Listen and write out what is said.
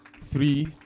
three